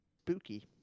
spooky